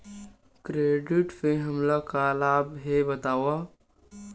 Credit से हमला का लाभ हे बतावव?